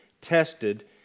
tested